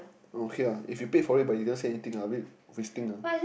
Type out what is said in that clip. oh okay lah if you paid for it but you never see anything a bit wasting ah